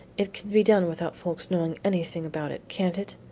it can be done without folks knowing anything about it, can't it?